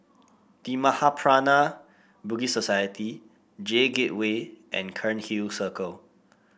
The Mahaprajna Buddhist Society J Gateway and Cairnhill Circle